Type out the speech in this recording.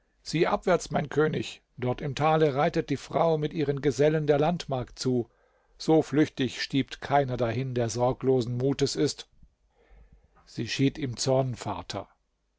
sieh abwärts mein könig dort im tale reitet die frau mit ihren gesellen der landmark zu so flüchtig stiebt keiner dahin der sorglosen mutes ist sie schied im zorn vater